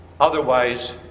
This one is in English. Otherwise